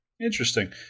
Interesting